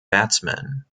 batsmen